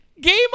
game